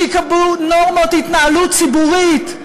שיקבעו נורמות התנהלות ציבורית,